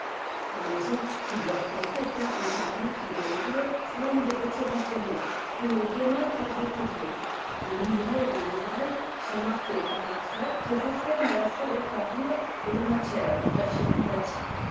les maisons qui doivent compter quatre ou cinq mètres de hauteur forment de petits renflements que nos deux mains peuvent recouvrir des milliers de murailles sont marquées par un trait qui renferme à la fois leur contour et la matière dont elles seront bâties